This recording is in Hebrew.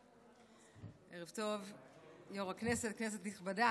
ערב טוב, יו"ר הכנסת, כנסת נכבדה.